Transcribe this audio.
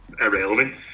irrelevant